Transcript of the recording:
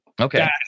Okay